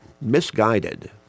misguided